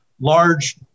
large